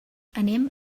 anem